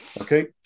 Okay